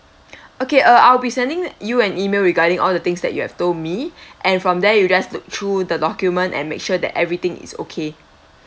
okay uh I'll be sending you an E-mail regarding all the things that you have told me and from there you just look through the documents and make sure that everything is okay